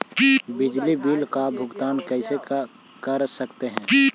बिजली बिल का भुगतान कैसे कर सकते है?